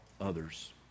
others